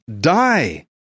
die